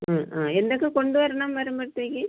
ആ ആ എന്തൊക്കെ കൊണ്ട് വരണം വരുമ്പോഴ്ത്തേക്ക്